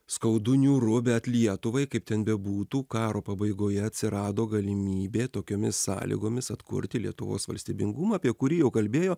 skaudu niūru bet lietuvai kaip ten bebūtų karo pabaigoje atsirado galimybė tokiomis sąlygomis atkurti lietuvos valstybingumą apie kurį jau kalbėjo